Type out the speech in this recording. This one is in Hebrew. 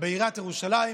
בעיריית ירושלים.